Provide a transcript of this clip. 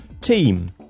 team